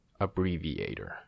Abbreviator